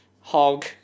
hog